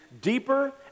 deeper